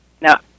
Now